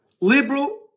liberal